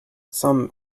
some